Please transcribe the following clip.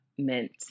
Mint